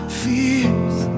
fears